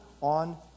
on